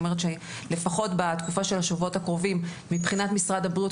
לפחות בתקופה של השבועות הקרובים מבחינת משרד הבריאות,